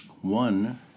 One